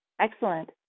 Excellent